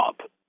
job